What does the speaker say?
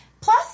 Plus